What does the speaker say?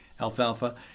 alfalfa